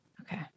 Okay